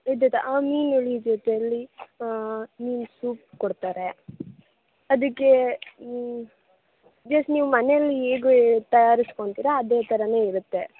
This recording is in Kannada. ಇದ್ದದ್ದು ಆ ಮೀನು ಹುಳಿ ಜೊತೆಯಲ್ಲಿ ಮೀನು ಸೂಪ್ ಕೊಡ್ತಾರೆ ಅದಕ್ಕೆ ಜಶ್ಟ್ ನೀವು ಮನೇಲಿ ಹೇಗೂ ತಯಾರಸ್ಕೊಂತೀರ ಅದೇ ಥರ ಇರುತ್ತೆ